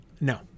no